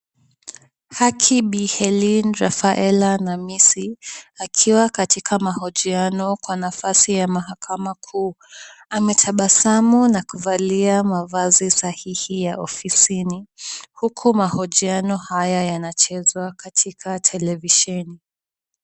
Hakimu Bi. Helene Rafaela Namisi akiwa katika mahojiano kwa nafasi ya mahakama kuu. Ametabasamu na kuvalia mavazi sahihi ya ofisini. Huku mahojiano haya yanachezwa katika televisheni.